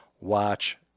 watch